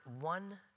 one